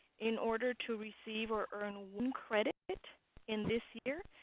in order to receive or earn one credit in this year,